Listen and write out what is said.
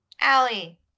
Allie